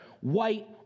white